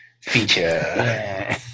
feature